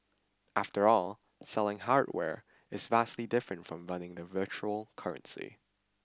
after all selling hardware is vastly different from running a virtual currency